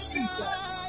Jesus